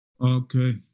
Okay